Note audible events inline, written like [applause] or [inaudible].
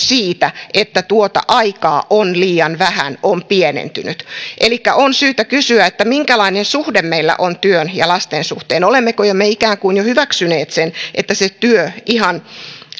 [unintelligible] siitä että tuota aikaa on liian vähän on pienentynyt elikkä on syytä kysyä minkälainen suhde meillä on työn ja lasten suhteen olemmeko me ikään kuin jo hyväksyneet sen että se työ ihan